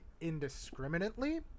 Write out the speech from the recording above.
indiscriminately